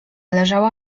leżała